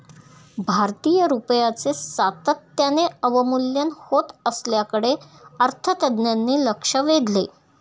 भारतीय रुपयाचे सातत्याने अवमूल्यन होत असल्याकडे अर्थतज्ज्ञांनी लक्ष वेधले